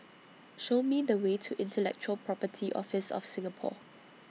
Show Me The Way to Intellectual Property Office of Singapore